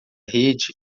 rede